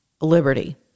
liberty